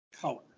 color